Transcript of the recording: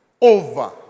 over